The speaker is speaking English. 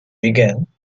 began